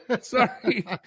Sorry